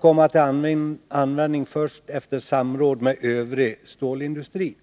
kommer till användning först efter samråd med övrig stålindustri.